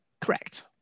correct